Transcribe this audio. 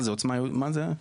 מה זה "עוצמה יהודית", מה זה?